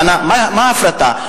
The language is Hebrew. מה ההפרטה?